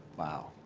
wow,